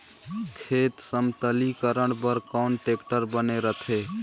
खेत समतलीकरण बर कौन टेक्टर बने रथे?